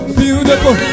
beautiful